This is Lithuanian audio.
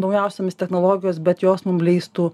naujausiomis technologijos bet jos mum leistų